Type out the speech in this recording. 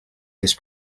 this